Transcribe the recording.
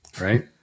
Right